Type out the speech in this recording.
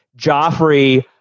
Joffrey